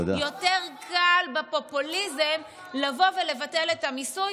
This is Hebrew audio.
יותר קל בפופוליזם לבוא ולבטל את המיסוי,